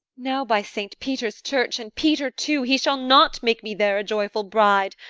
now by saint peter's church, and peter too, he shall not make me there a joyful bride.